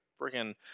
freaking